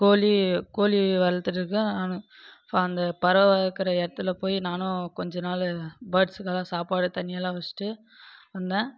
கோழி கோழி வளர்க்கிறதா நான் ஸோ அந்த பறவை இருக்கிற இடத்துல போய் நான் கொஞ்சம் நாள் பேர்ட்ஸ்சுக்கெல்லாம் சாப்பாடு தண்ணியெல்லாம் வச்சுட்டு வந்தேன்